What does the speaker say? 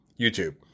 YouTube